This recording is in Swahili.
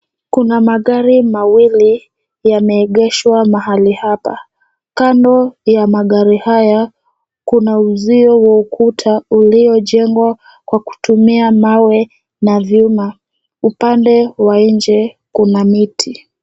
Kuna magari mawili yameegeshwa mahali hapa. Kando ya magari haya, kuna uzio wa ukuta uliojengwa kwa kutumia mawe na vyuma. Upande wa nje kuna miti.